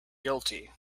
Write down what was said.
guilty